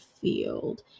field